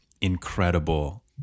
incredible